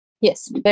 Yes